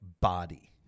body